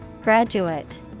Graduate